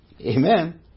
Amen